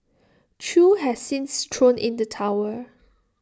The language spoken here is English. chew has since thrown in the towel